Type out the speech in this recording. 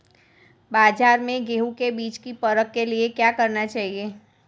बाज़ार में गेहूँ के बीज की परख के लिए क्या करना चाहिए?